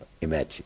imagine